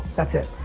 that's it.